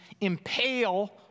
impale